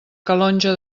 calonge